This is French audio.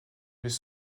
mais